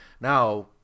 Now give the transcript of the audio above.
now